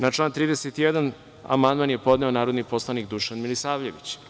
Na član 31. amandman je podneo narodni poslanik Dušan Milisavljević.